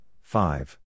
five